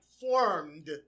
formed